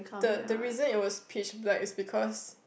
the the reason it was splish black is because